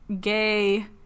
gay